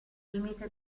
limite